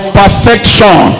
perfection